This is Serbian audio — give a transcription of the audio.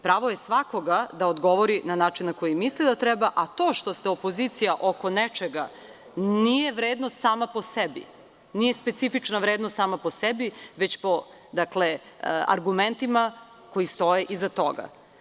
Pravo je svakoga da odgovori na način na koji misli da treba, a to što ste opozicija oko nečega nije vredno samo po sebi, nije specifična vrednost sama po sebi, već po argumentima koji stoje iza toga.